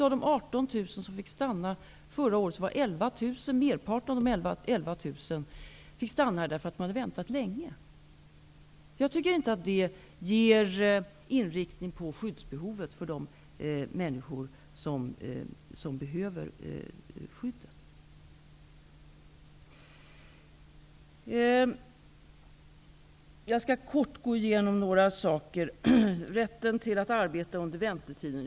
Av de 18 000 flyktingar som fick stanna i Sverige förra året fick merparten, ca 11 000, stanna därför att de hade väntat länge. Det är ingen inriktning på människor som är i behov av skydd, tycker jag. Kort vill jag gå igenom ytterligare några saker, först rätten till att arbeta under väntetiden.